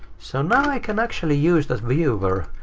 so now i can actually use that viewer,